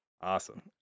Awesome